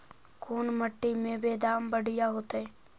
कोन मट्टी में बेदाम बढ़िया होतै?